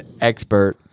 Expert